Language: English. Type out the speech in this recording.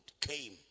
came